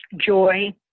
joy